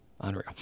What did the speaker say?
unreal